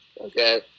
Okay